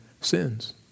sins